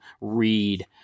read